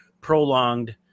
prolonged